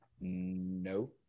no